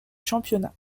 championnat